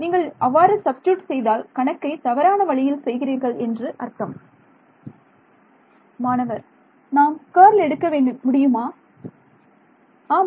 நீங்கள் அவ்வாறு சப்ஸ்டிட்யூட் செய்தால் கணக்கை தவறான வழியில் செய்கிறீர்கள் என்று அர்த்தம் மாணவர் நாம் கர்ல் எடுக்க எடுக்க முடியுமா ஆம்